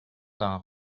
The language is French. d’un